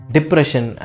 Depression